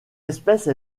espèce